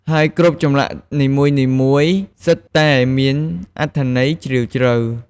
ហើយគ្រប់ចម្លាក់នីមួយៗសុទ្ធតែមានអត្ថន័យជ្រាលជ្រៅ។